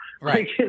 Right